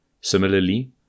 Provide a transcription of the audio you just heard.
Similarly